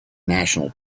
national